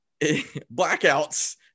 blackouts